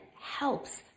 helps